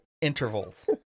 intervals